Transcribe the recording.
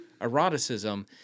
eroticism